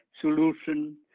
solution